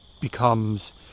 becomes